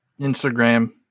Instagram